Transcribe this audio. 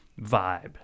vibe